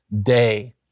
day